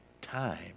time